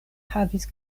havis